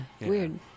Weird